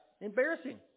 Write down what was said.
Embarrassing